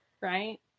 right